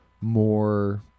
more